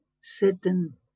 certain